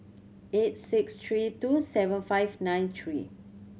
eight six three two seven five nine three